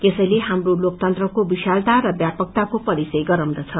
यसले हाम्रो लोकतंत्राको विशालता र व्यापकताको परिचय गराउँदछ